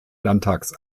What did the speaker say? landtags